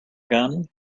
gun